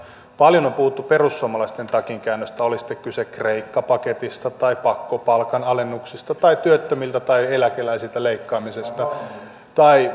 paljon puhuttu perussuomalaisten takinkäännöstä oli sitten kyse kreikka paketista tai pakkopal kanalennuksista tai työttömiltä tai eläkeläisiltä leikkaamisesta tai